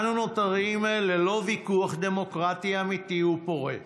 אנו נותרים ללא ויכוח דמוקרטי, אמיתי ופורה,